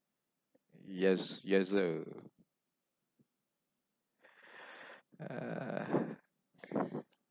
yes yes so uh